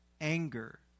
anger